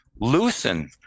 loosen